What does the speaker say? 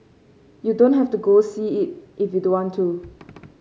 you don't have to go see it if you don't want to